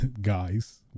guys